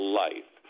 life